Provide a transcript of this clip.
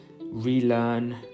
relearn